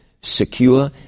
secure